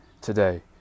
today